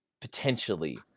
potentially